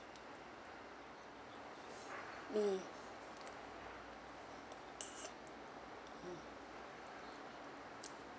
mm mm